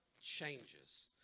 changes